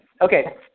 Okay